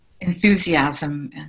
enthusiasm